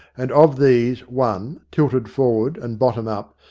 and of these one, tilted forward and bottom up,